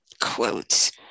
quotes